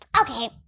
Okay